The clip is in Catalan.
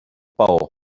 paó